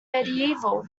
medieval